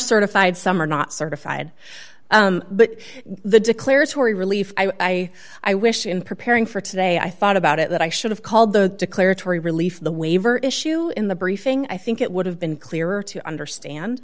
certified some are not certified but the declaratory relief i i wish in preparing for today i thought about it i should have called the declaratory relief the waiver issue in the briefing i think it would have been clearer to understand